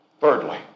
Thirdly